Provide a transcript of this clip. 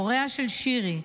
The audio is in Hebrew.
הוריה של שירי,